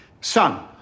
son